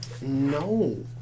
No